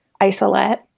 isolate